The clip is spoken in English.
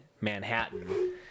manhattan